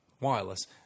wireless